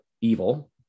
evil